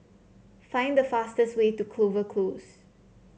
find the fastest way to Clover Close